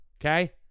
okay